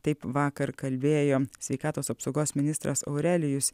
taip vakar kalbėjo sveikatos apsaugos ministras aurelijus